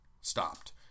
stopped